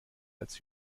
als